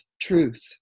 truth